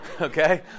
Okay